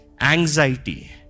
anxiety